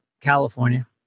California